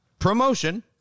Promotion